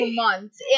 months